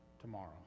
tomorrow